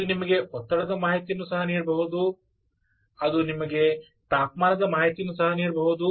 ಇದು ನಿಮಗೆ ಒತ್ತಡದ ಮಾಹಿತಿಯನ್ನು ಸಹ ನೀಡಬಹುದು ಅದು ನಿಮಗೆ ತಾಪಮಾನದ ಮಾಹಿತಿಯನ್ನು ಸಹ ನೀಡುತ್ತದೆ